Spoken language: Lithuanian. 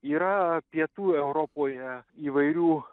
yra pietų europoje įvairių